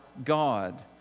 God